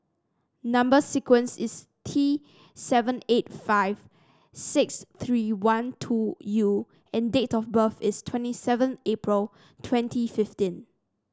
number sequence is T seven eight five six three one two U and date of birth is twenty seven April twenty fifteen